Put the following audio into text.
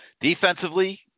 Defensively